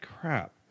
crap